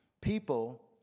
People